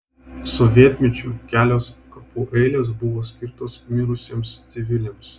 sovietmečiu kelios kapų eilės buvo skirtos mirusiems civiliams